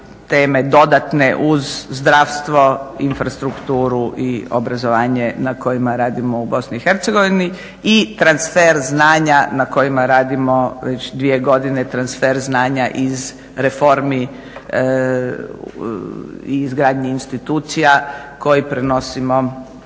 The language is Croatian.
teme dodatne uz zdravstvo, infrastrukturu i obrazovanje na kojima radimo u BiH i transfer znanja na kojima radimo već dvije godine, transfer znanja iz reformi i izgradnji institucija koji prenosimo